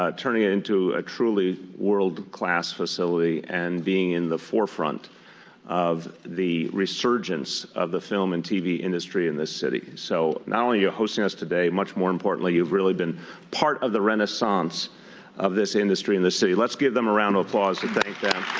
ah turning it into a truly world-class facility and being in the forefront of the resurgence of the film and tv industry in this city. so not only are you hosting us today, much more importantly you've really been part of the renaissance of this industry and this city. let's give them a round of applause and thank them.